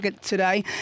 today